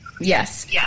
Yes